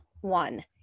one